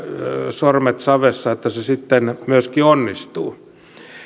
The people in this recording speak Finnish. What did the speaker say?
sormet savessa että se sitten myöskin onnistuu